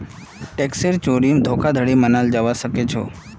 टैक्सेर चोरी धोखाधड़ी मनाल जाबा सखेछोक